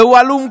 והוא הלום קרב,